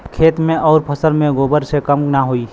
खेत मे अउर फसल मे गोबर से कम ना होई?